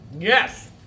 Yes